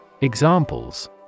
Examples